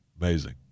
Amazing